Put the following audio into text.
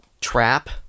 Trap